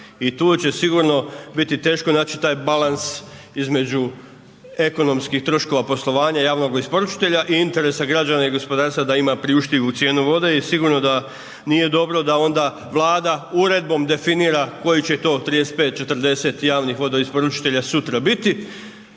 I tu će sigurno biti teško naći taj balans između ekonomskih troškova poslovanja javnoga isporučitelja i interesa građana i gospodarstva da ima priuštivu cijenu vode i sigurno da nije dobro da onda Vlada uredbom definira kojih će to 35, 40 javnih vodoisporučitelja sutra biti